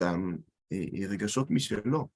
תם. ‫עם רגשות משלו.